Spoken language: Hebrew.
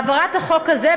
העברת החוק הזה,